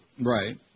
Right